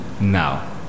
now